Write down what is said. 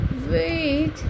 wait